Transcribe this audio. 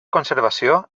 conservació